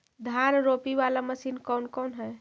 धान रोपी बाला मशिन कौन कौन है?